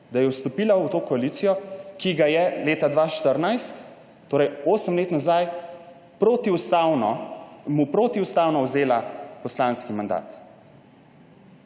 da je vstopila v to koalicijo, ki mu je leta 2014, torej 8 let nazaj, protiustavno vzela poslanski mandat.